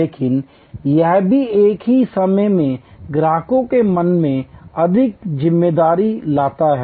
लेकिन यह भी एक ही समय में ग्राहकों के मन में अधिक जिम्मेदारी लाता है